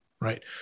Right